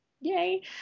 yay